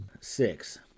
Six